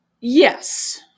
Yes